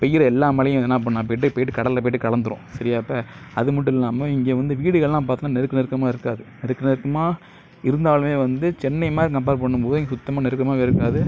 பெய்யுற எல்லா மழையும் என்ன பண்ணும் போய்ட்டு போய்ட்டு கடலில் போய்ட்டு கலந்துடும் சரியா அப்போ அதுமட்டும் இல்லாமல் இங்கே வந்து வீடுகள்லாம் பார்த்தோம்னா நெருக்கம் நெருக்கமாக இருக்காது நெருக்கம் நெருக்கமாக இருந்தாலும் வந்து சென்னை மாதிரி கம்பேர் பண்ணும் போது இங்கே சுத்தமாக நெருக்கமாகவே இருக்காது